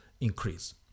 increase